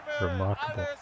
Remarkable